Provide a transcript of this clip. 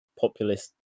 populist